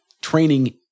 training